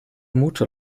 motor